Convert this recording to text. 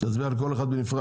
תצביע על כל אחד בנפרד?